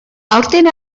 aurten